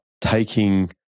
taking